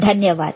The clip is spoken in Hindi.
धन्यवाद